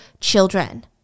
children